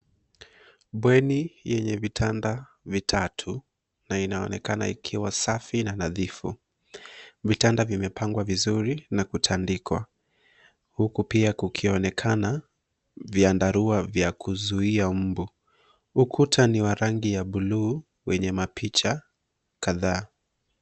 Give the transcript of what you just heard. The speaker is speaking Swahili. Bweni yenye vitanda vitatu na inaonekana ikiwa safi na nadhifu, vitanda vimepangwa vizuri na kutandikwa huku pia kukionekana vyandarua vya kuzuia mbu. Ukuta ni wa rangi ya buluu wenye mapicha kadhaa.